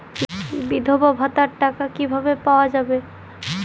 বিধবা ভাতার টাকা কিভাবে পাওয়া যাবে?